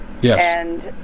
yes